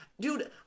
Dude